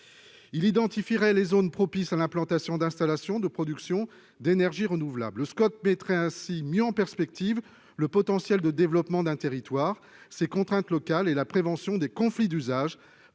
Il identifierait les zones propices à l'implantation d'installations de production d'énergie renouvelable. Le Scot mettrait ainsi mieux en perspective le potentiel de développement d'un territoire, ses contraintes locales et la prévention des conflits d'usage,